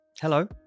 Hello